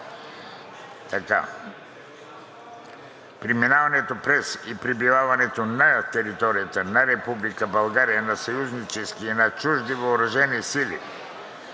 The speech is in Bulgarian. преминаването през и пребиваването на територията на Република България на съюзнически и на чужди въоръжени сили